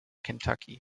kentucky